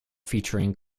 featuring